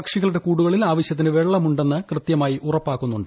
പക്ഷികളുടെ കൂടുകളിൽ ആവശ്യത്തിന് വെള്ളമുണ്ടെന്ന് ഉറപ്പാക്കുന്നുണ്ട്